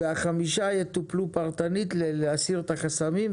וה-5 יטופלו פרטנית להסיר את החסמים,